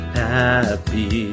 happy